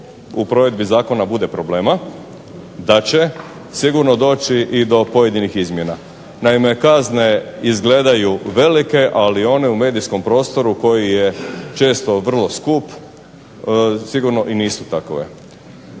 u provedbi zakona bude problema da će sigurno doći i do pojedinih izmjena. Naime, kazne izgledaju velike ali one u medijskom prostoru koji je često vrlo skup sigurno i nisu takove.